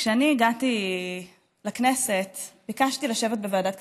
כשהגעתי לכנסת ביקשתי לשבת בוועדת כספים.